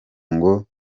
ngo